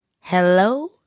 Hello